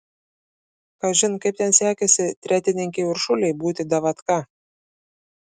kažin kaip ten sekėsi tretininkei uršulei būti davatka